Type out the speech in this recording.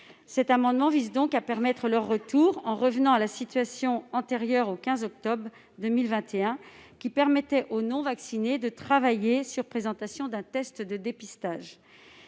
Cet amendement vise donc à permettre le retour des non-vaccinés, en revenant à la situation antérieure au 15 octobre 2021, ce qui permettait aux non-vaccinés de travailler sur présentation d'un test de dépistage.